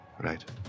right